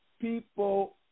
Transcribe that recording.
people